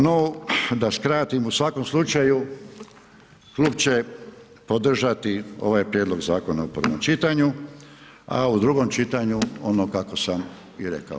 No da skratim, u svakom slučaju, klub će podržati ovaj prijedlog zakona u prvom čitanju a u drugom čitanju ono kako sam i rekao.